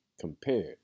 compared